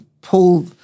pull